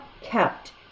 kept